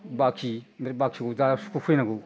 बाखि ओमफ्राय बाखिखौ दा सुख'फैनांगौ